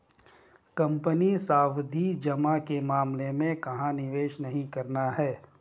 Company सावधि जमा के मामले में कहाँ निवेश नहीं करना है?